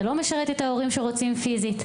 זה לא משרת את ההורים שרוצים פיזית.